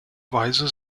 weise